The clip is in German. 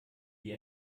wie